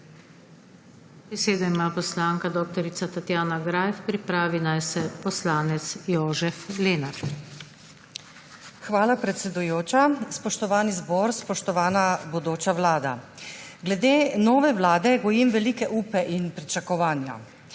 Hvala, predsedujoča. Spoštovani zbor, spoštovana bodoča vlada! Glede nove vlade gojim velike upe in pričakovanja.